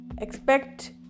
Expect